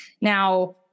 now